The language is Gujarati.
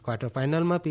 કવાર્ટર ફાઇનલમાં પી